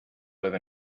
live